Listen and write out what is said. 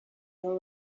her